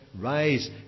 Rise